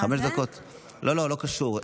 לא, לא קשור.